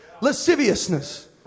lasciviousness